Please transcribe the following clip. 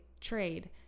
trade